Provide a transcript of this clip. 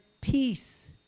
peace